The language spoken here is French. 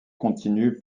continus